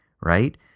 right